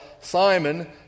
Simon